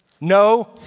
No